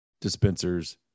dispensers